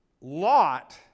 Lot